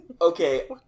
Okay